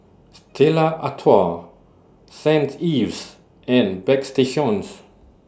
Stella Artois Saint Ives and Bagstationz